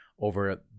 over